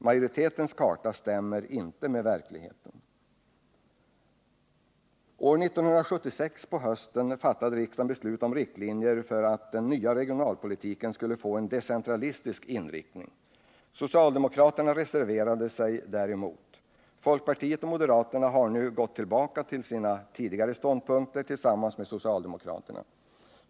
Majoritetens karta stämmer inte med verkligheten. År 1976 på hösten fattade riksdagen beslut om riktlinjer för att den nya regionalpolitiken skulle få en decentralistisk inriktning. Socialdemokraterna reserverade sig mot detta. Folkpartiet och moderaterna har nu gått tillbaka till sina tidigare ståndpunkter tillsammans med socialdemokraterna.